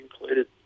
Included